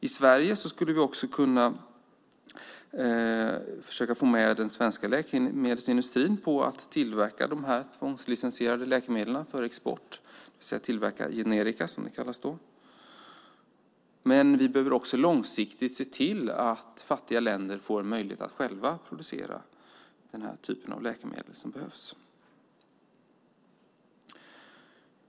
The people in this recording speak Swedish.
I Sverige skulle vi också kunna försöka få med den svenska läkemedelsindustrin på att tillverka dessa tvångslicensierade läkemedel för export, det vill säga tillverka generika, som det kallas. Men vi behöver också långsiktigt se till att fattiga länder får möjlighet att själva producera den typ av läkemedel som behövs.